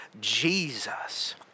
Jesus